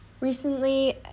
recently